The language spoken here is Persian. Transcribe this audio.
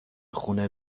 خونه